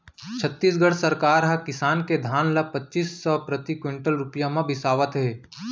छत्तीसगढ़ सरकार ह किसान के धान ल पचीस सव प्रति कोंटल रूपिया म बिसावत हे